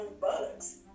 bugs